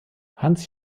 hans